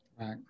Right